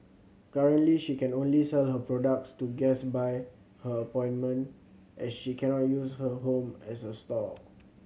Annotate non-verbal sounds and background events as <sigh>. currently she can only sell her products to guest by her <unintelligible> as she cannot use her home as a store